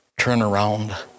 turnaround